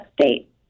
state